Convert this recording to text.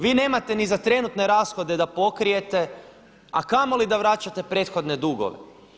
Vi nemate ni za trenutne rashode da pokrijete, a kamoli da vraćate prethodne dugove.